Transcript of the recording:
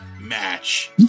match